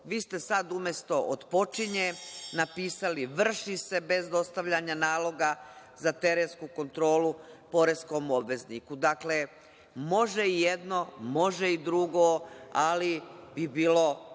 ste sada umesto – otpočinje napisali – vrši se bez dostavljanja naloga za terensku kontrolu poreskom obvezniku. Dakle, može i jedno, može i drugo, ali bi bilo